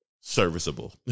serviceable